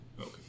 Okay